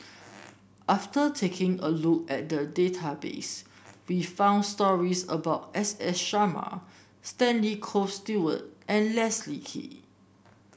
after taking a look at the database we found stories about S S Sarma Stanley Toft Stewart and Leslie Kee